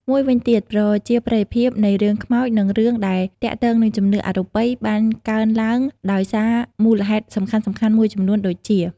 មួយវិញទៀត ប្រជាប្រិយភាពនៃរឿងខ្មោចនិងរឿងដែលទាក់ទងនឹងជំនឿអរូបីបានកើនឡើងដោយសារមូលហេតុសំខាន់ៗមួយចំនួនដូចជា។